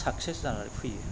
success जानानै फैयो